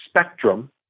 spectrum